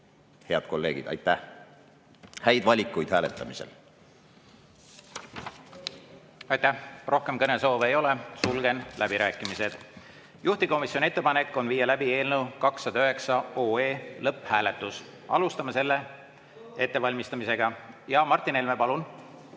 Head kolleegid, aitäh! Häid valikuid hääletamisel! Rohkem kõnesoove ei ole. Sulgen läbirääkimised. Juhtivkomisjoni ettepanek on viia läbi eelnõu 209 lõpphääletus. Alustame selle ettevalmistamist. Martin Helme, palun!